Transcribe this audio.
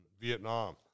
Vietnam